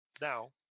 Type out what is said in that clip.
Now